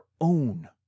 own